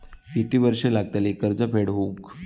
किती वर्षे लागतली कर्ज फेड होऊक?